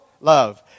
love